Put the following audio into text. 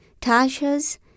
Tasha's